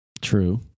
True